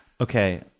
okay